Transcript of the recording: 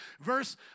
verse